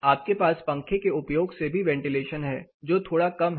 आपके पास पंखे के उपयोग से भी वेंटिलेशन है जो थोड़ा कम है